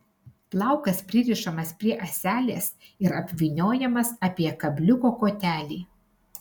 plaukas pririšamas prie ąselės ir apvyniojamas apie kabliuko kotelį